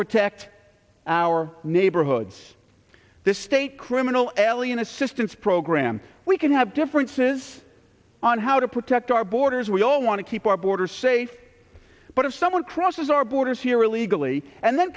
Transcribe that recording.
protect our neighborhoods the state criminal allien assistance program we can have differences on how to protect our borders we all want to keep our borders safe but if someone crosses our borders here illegally and then